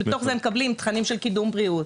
תוך כדי הם מקבלים תכנים של קידום בריאות,